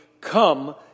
come